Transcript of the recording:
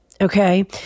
Okay